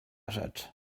rzecz